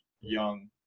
young